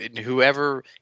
whoever